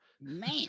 Man